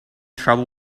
trouble